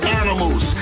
animals